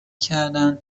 کردن